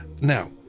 Now